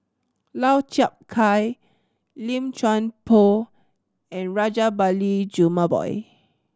Lau Chiap Khai Lim Chuan Poh and Rajabali Jumabhoy